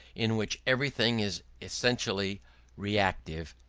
in which everything is essentially reactive,